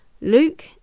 Luke